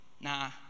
nah